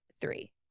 three